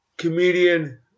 Comedian